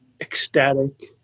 ecstatic